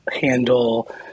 handle